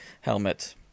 helmet